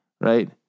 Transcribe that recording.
Right